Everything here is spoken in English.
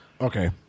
Okay